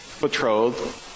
betrothed